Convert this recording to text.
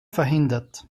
verhindert